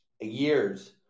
years